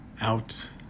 out